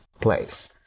place